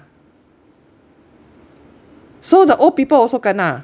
so the old people also kena